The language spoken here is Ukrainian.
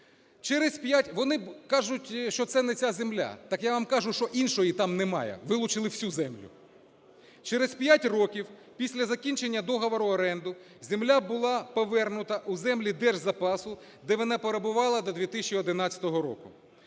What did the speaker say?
Через 5 років після закінчення договору оренди земля була повернута у землі держзапасу, де вона перебувала до 2011 року.